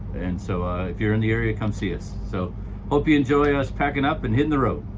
and so if you're in the area, come see us. so hope you enjoy us packing up and hitting the road.